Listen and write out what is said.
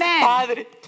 Padre